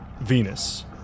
Venus